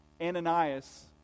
Ananias